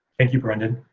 thank you, brendan.